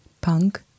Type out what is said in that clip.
punk